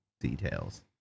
details